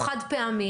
הוא חד פעמי,